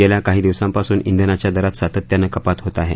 गेल्या काही दिवसांपासून धिनाच्या दरात सातत्याने कपात होत आहे